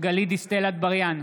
גלית דיסטל אטבריאן,